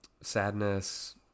sadness